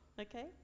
Okay